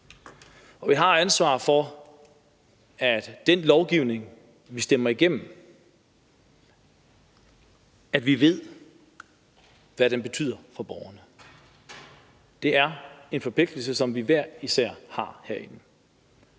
Vi har ansvar for, at vi ved, hvad den lovgivning, vi stemmer igennem, betyder for borgerne. Det er en forpligtelse, som vi hver især har herinde.